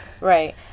Right